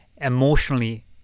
emotionally